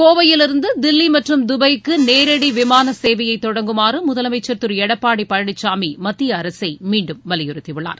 கோவையிலிருந்து தில்லி மற்றும் தபாய்க்கு நேரடி விமான சேவையை தொடங்குமாறு முதலமைச்சர் திரு எடப்பாடி பழனிசாமி மத்திய அரசை மீண்டும் வலியுறுத்தியுள்ளார்